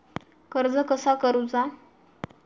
कर्ज कसा करूचा?